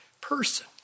person